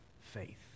faith